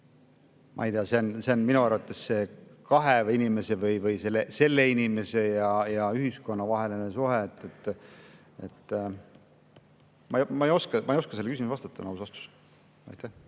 Ma ei tea, see on minu arvates kahe inimese või selle inimese ja ühiskonna vaheline suhe. Ma ei oska sellele küsimusele vastata, on aus vastus.